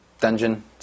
dungeon